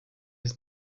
his